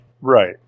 Right